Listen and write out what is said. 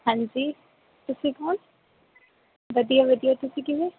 ਹਾਂਜੀ ਤੁਸੀਂ ਕੌਣ ਵਧੀਆ ਵਧੀਆ ਤੁਸੀਂ ਕਿਵੇਂ